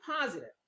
positive